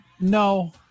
no